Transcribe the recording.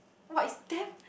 !wah! it's damn